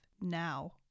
now